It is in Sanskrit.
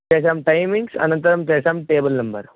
तेषां टैमिङ्ग्स् अनन्तरं तेषां टेबल् नम्बर्